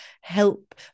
help